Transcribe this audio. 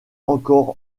encore